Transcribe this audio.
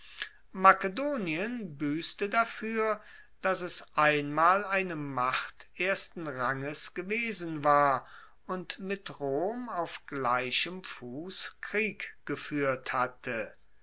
makedonien buesste dafuer dass es einmal eine macht ersten ranges gewesen war und mit rom auf gleichem fuss krieg gefuehrt hatte